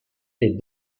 est